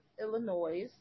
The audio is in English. Illinois